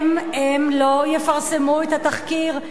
הם לא יפרסמו את התחקיר.